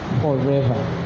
forever